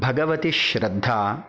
भगवति श्रद्धा